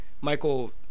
michael